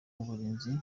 uburinzi